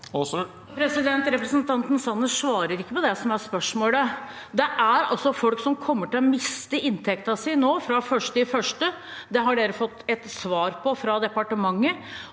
Representanten Sanner svarer ikke på det som er spørsmålet. Det er altså folk som kommer til å miste inntekten sin nå fra 1. januar. Det har dere fått et svar på fra departementet,